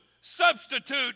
substitute